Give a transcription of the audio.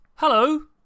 Hello